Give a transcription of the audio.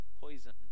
poison